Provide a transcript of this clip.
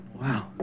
Wow